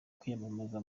kwiyamamaza